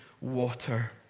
water